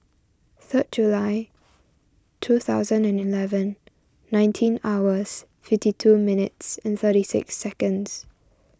third July two thousand and eleven nineteen hours fifty two minutes and thirty six seconds